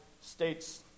states